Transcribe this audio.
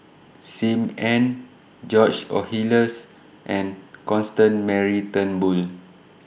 SIM Ann George Oehlers and Constance Mary Turnbull